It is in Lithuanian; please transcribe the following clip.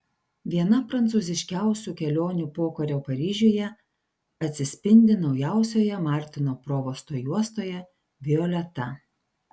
viena prancūziškiausių kelionių pokario paryžiuje atsispindi naujausioje martino provosto juostoje violeta